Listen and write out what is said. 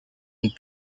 ont